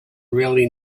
really